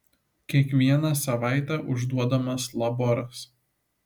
kiekvieną savaitę užduodamas laboras